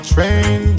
train